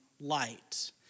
light